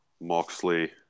Moxley